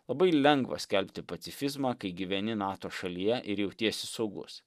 labai lengva skelbti pacifizmą kai gyveni nato šalyje ir jautiesi saugus